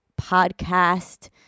podcast